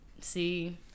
see